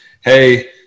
hey